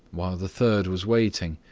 while the third was waiting.